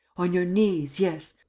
on your knees, yes,